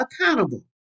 accountable